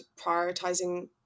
prioritizing